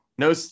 no